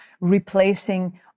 replacing